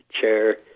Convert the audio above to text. chair